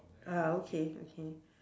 ah okay okay